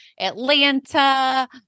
Atlanta